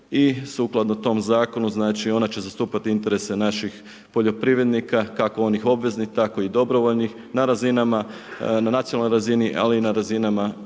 i sukladno tom zakonu ona će zastupati interese naših poljoprivrednika kako onih obveznih, tako i dobrovoljnih na nacionalnoj razini, ali i na razinama